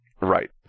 Right